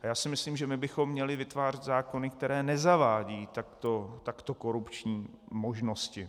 Já si myslím, že bychom měli vytvářet zákony, které nezavádějí takto korupční možnosti.